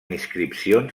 inscripcions